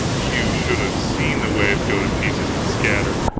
you should have seen the wave go to pieces and scatter!